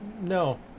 no